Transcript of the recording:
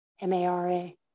M-A-R-A